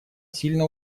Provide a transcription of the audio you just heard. сильно